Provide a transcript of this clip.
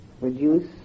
reduce